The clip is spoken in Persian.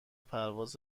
پرواز